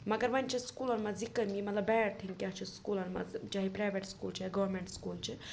مگر وۄنۍ چھِ سکوٗلَن منٛز یہِ کٔمی مطلب بیڈ تھِنٛگ کیٛاہ چھُ سکوٗلَن منٛز چاہے پرٛاویٹ سکوٗل چھِ یا گورمٮ۪نٛٹ سکوٗل چھِ